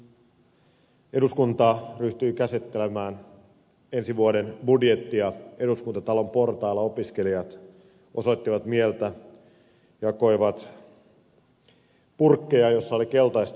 kun eduskunta ryhtyi käsittelemään ensi vuoden budjettia eduskuntatalon portailla opiskelijat osoittivat mieltä jakoivat purkkeja joissa oli keltaista nestettä